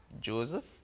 Joseph